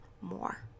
more